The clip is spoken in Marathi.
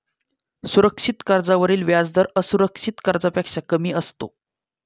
सुरक्षित कर्जावरील व्याजदर असुरक्षित कर्जापेक्षा कमी असतो